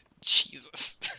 Jesus